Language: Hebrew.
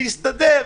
זה יסתדר.